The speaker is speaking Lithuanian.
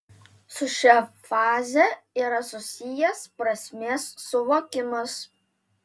su šia faze yra susijęs prasmės suvokimas